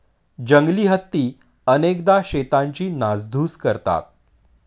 जंगली हत्ती अनेकदा शेतांची नासधूस करतात